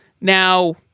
Now